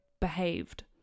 behaved